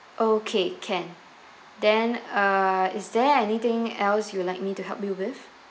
okay can then uh is there anything else you'd like me to help you with